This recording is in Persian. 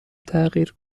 تغییر